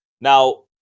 Now